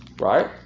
Right